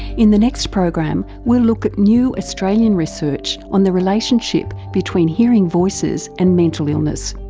in the next program we'll look at new australian research on the relationship between hearing voices and mental illness.